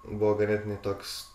buvo ganėtinai toks